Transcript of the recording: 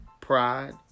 pride